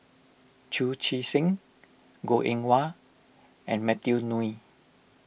Chu Chee Seng Goh Eng Wah and Matthew Ngui